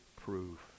proof